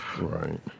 Right